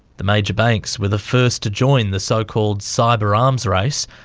the major banks were the first to join the so-called cyber arms race,